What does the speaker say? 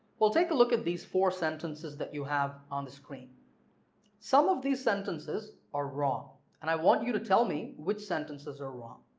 well take a look at these four sentences that you have on the screen some of these sentences are wrong and i want you to tell me which sentences are wrong.